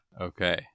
Okay